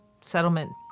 settlement